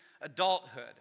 adulthood